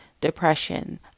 depression